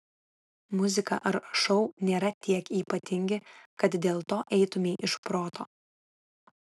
muzika ar šou nėra tiek ypatingi kad dėl to eitumei iš proto